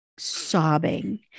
sobbing